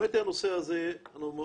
המצב כיום אחרי הדיון הקודם שהיה לנו,